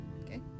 okay